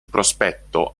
prospetto